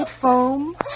foam